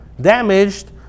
damaged